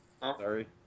Sorry